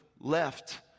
left